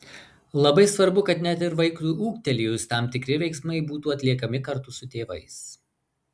labai svarbu kad net ir vaikui ūgtelėjus tam tikri veiksmai būtų atliekami kartu su tėvais